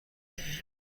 کنی